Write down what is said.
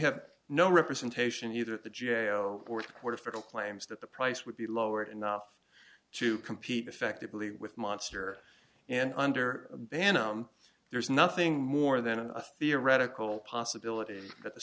have no representation either the g a o fourth quarter final claims that the price would be lowered enough to compete effectively with monster and under a banner there is nothing more than a theoretical possibility that the